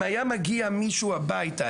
אם היה מגיע מישהו הביתה,